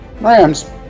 Rams